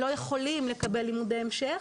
לא יכולים לקבל לימודי המשך.